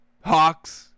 Hawks